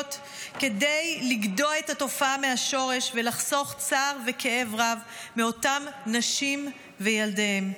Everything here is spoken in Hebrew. כדי לגדוע את התופעה מהשורש ולחסוך צער וכאב רב מאותן נשים וילדיהן.